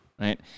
right